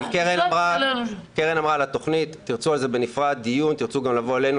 אם תרצו על זה דיון בנפרד או תרצו גם לבוא אלינו.